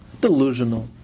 delusional